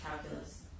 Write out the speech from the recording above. calculus